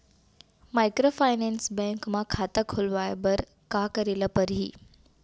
Microfinance bank म खाता खोलवाय बर का करे ल परही?